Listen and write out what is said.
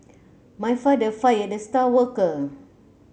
my father fired the star worker